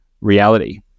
reality